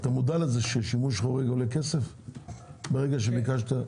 אתה מודע לזה ששימוש חורג עולה כסף ברגע שביקשת?